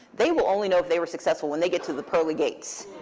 they will only know if they were successful when they get to the pearly gates.